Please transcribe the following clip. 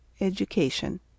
Education